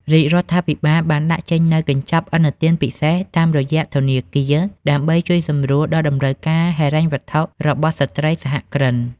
រាជរដ្ឋាភិបាលបានដាក់ចេញនូវកញ្ចប់ឥណទានពិសេសតាមរយៈធនាគារ ដើម្បីជួយសម្រួលដល់តម្រូវការហិរញ្ញវត្ថុរបស់ស្ត្រីសហគ្រិន។